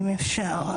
אם אפשר,